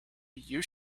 you